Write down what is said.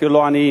אפילו לא עניים,